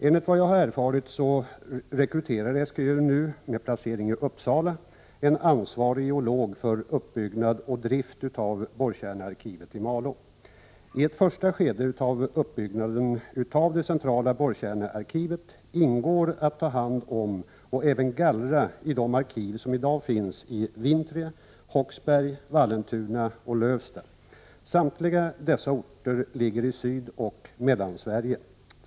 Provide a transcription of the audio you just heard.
Enligt vad jag erfarit rekryterar SGU nu med placering i Uppsala en ansvarig geolog för uppbyggnad och drift av borrkärnearkivet i Malå. I ett första skede av uppbyggnaden av det centrala borrkärnearkivet ingår att ta hand om och även gallra i de arkiv som i dag finns i Vintrie, Håksberg, Vallentuna och Lövsta. Samtliga dessa orter ligger i Sydoch Mellansverige.